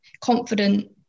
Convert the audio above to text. confident